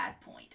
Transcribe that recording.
Point